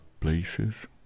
places